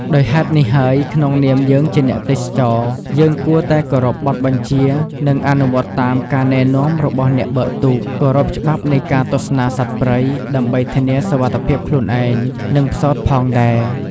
ដោយហេតុនេះហើយក្នុងនាមយើងជាអ្នកទេសចរណ៍យើងគួរតែគោរពបទបញ្ជា នឹងអនុវត្តតាមការណែនាំរបស់អ្នកបើកទូក គោរពច្បាប់នៃការទស្សនាសត្វព្រៃ ដើម្បីធានាសុវត្ថិភាពខ្លួនឯង និងផ្សោតផងដែរ ។